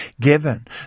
given